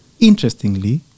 Interestingly